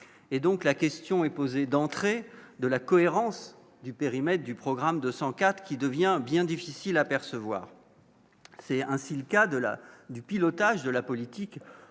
et donc la question est posée d'entrée de la cohérence du périmètre du programme de 104 qui devient bien difficile à percevoir, c'est ainsi le cas de la du pilotage de la politique de